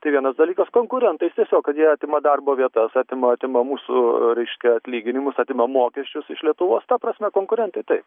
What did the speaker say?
tai vienas dalykas konkurentais tiesiog kad jie atima darbo vietas atima atima mūsų reiškia atlyginimus atima mokesčius iš lietuvos ta prasme konkurentai tai